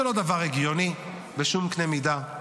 זה לא דבר הגיוני בשום קנה מידה.